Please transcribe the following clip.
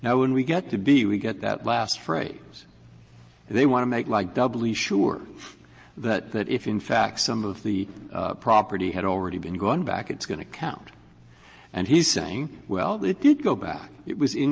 yeah when we get to b, we get that last phrase, and they want to make like doubly sure that that if in fact some of the property had already been gone back, it's going to count and he's saying well, it did go back. it was in-kind,